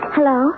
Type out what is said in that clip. Hello